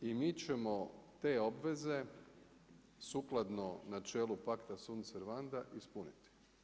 I mi ćemo te obveze sukladno načelu Pacta sunt servanda ispuniti.